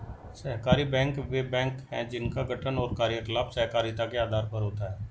सहकारी बैंक वे बैंक हैं जिनका गठन और कार्यकलाप सहकारिता के आधार पर होता है